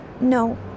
No